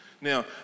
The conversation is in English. Now